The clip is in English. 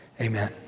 Amen